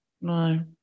no